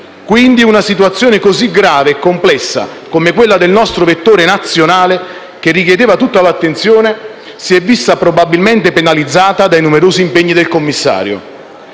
quindi una situazione così grave e complessa, come quella del nostro vettore nazionale, che richiedeva tutta l'attenzione, si è vista probabilmente penalizzata dai numerosi impegni del commissario.